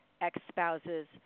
ex-spouses